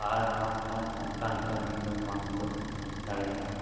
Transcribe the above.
ᱟᱨ ᱵᱟᱝᱠᱷᱟᱱ ᱚᱱᱠᱟᱱ ᱠᱟᱹᱢᱤ ᱫᱚ ᱵᱟᱝ ᱯᱩᱨᱩᱱ ᱫᱟᱲᱮᱭᱟᱜ ᱟᱢ